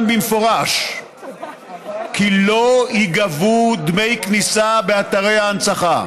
במפורש כי לא ייגבו דמי כניסה באתרי ההנצחה.